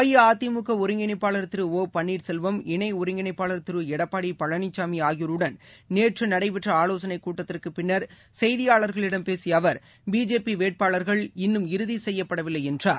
அஇஅதிமுகஒருங்கிணைப்பாளர் திரு இணைஒருங்கிணைப்பாளர் திருளடப்பாடிபழனிசாமிஆகியோருடன் நேற்றுநடைபெற்றஆவோசனைக் கூட்டத்திற்குப் பின்னர் செய்தியாளர்களிடம் பேசியஅவர் பிஜேபிவேட்பாளர்கள் இன்னும் இறுதிசெய்யப்படவில்லைஎன்றார்